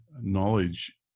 knowledge